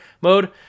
mode